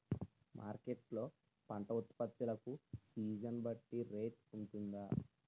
Market లొ పంట ఉత్పత్తి లకు సీజన్ బట్టి రేట్ వుంటుందా?